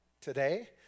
today